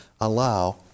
allow